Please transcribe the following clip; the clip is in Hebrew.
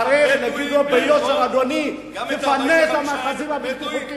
צריך להגיד לו ביושר: תפנה את המאחזים הבלתי-חוקיים,